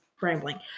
rambling